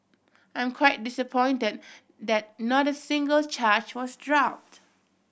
I'm quite disappoint that not single charge was dropped